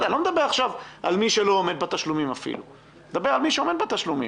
אני לא מדבר עכשיו על מי שלא עומד בתשלומים אלא על מי שעומד בתשלומים